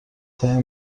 ترین